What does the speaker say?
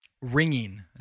Ringing